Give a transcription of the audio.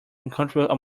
uncomfortable